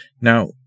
Now